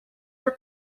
are